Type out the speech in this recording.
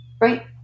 Right